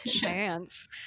chance